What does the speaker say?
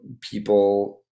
people